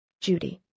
Judy